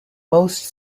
most